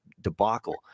debacle